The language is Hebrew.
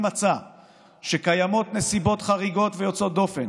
מצא שקיימות נסיבות חריגות ויוצאות דופן,